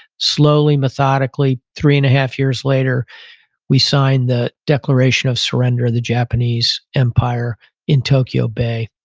slowly, methodically, three and a half years later we sign the declaration of surrender of the japanese empire in tokyo bay.